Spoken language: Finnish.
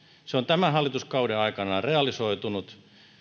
se on tämän hallituskauden aikana realisoitunut